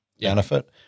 benefit